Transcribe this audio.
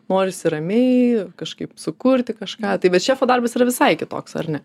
norisi ramiai kažkaip sukurti kažką tai bet šefo darbas yra visai kitoks ar ne